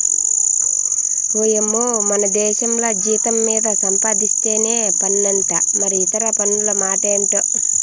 ఓయమ్మో మనదేశంల జీతం మీద సంపాధిస్తేనే పన్నంట మరి ఇతర పన్నుల మాటెంటో